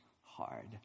hard